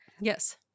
Yes